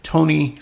Tony